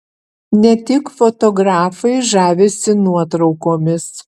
ne tik fotografai žavisi nuotraukomis